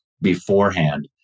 beforehand